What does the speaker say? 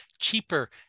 cheaper